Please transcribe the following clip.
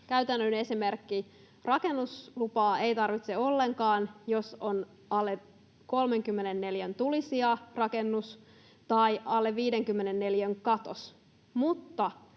Käytännön esimerkki: rakennuslupaa ei tarvitse ollenkaan, jos on alle 34 neliön tulisijarakennus tai alle 50 neliön